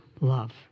love